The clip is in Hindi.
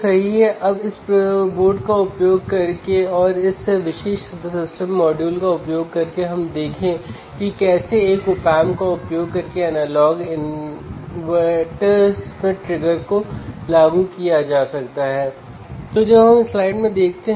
इसलिए अगर मुझे इस विशेष मामले में इंस्ट्रूमेंटेशन एम्पलीफायर दिखाई देता है तो हम क्या देखते हैं